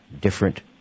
different